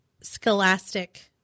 scholastic